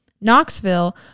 Knoxville